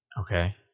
Okay